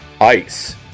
Ice